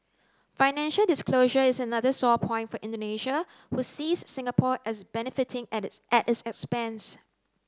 financial disclosure is another sore point for Indonesia who sees Singapore as benefiting at this at its expense